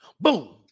Boom